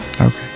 Okay